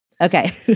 Okay